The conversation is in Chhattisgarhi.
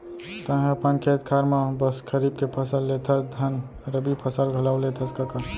तैंहा अपन खेत खार म बस खरीफ के फसल लेथस धन रबि फसल घलौ लेथस कका?